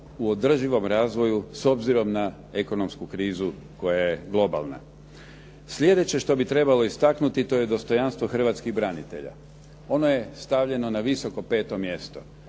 u održivom razvoju s obzirom na ekonomsku krizu koja je globalna. Sljedeće što bi trebalo istaknuti to je dostojanstvo hrvatskih branitelja. Ono je stavljeno na visoko 5. mjesto.